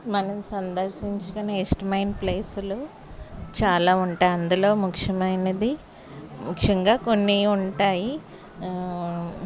మనం సందర్శించుకునే ఇష్టమైన ప్లేసులు చాలా ఉంటాయి అందులో ముఖ్యమైనది ముఖ్యంగా కొన్ని ఉంటాయి